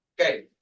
Okay